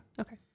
Okay